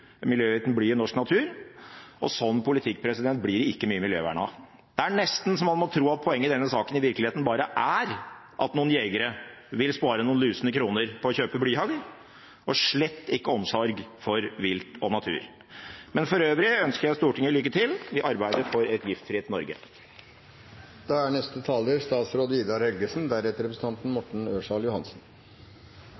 i norsk natur – og en slik politikk blir det ikke mye miljøvern av. Det er nesten så man må tro at poenget i denne saken i virkeligheten bare er at noen jegere vil spare noen lusne kroner på å kjøpe blyhagl – slett ikke omsorg for vilt og natur. Men for øvrig ønsker jeg Stortinget lykke til i arbeidet for et giftfritt